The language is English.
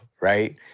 right